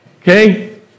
Okay